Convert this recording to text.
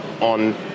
on